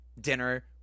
dinner